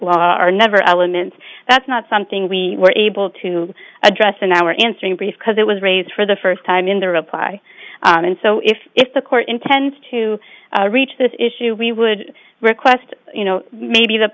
law are never elements that's not something we were able to address in our answering brief because it was raised for the first time in the reply and so if if the court intends to reach this issue we would request you know maybe the